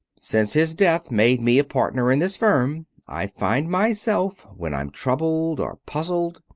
since his death made me a partner in this firm, i find myself, when i'm troubled or puzzled,